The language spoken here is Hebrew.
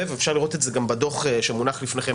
ואפשר לראות את זה גם בדוח שמונח לפניכם.